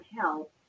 help